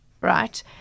right